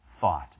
thought